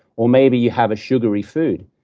or maybe you have a sugary food.